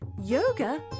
yoga